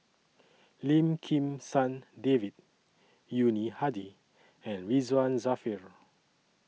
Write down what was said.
Lim Kim San David Yuni Hadi and Ridzwan Dzafir